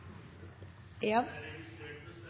E,